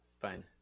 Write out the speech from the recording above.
fine